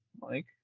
Mike